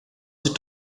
sie